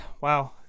Wow